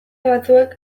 batzuek